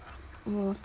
我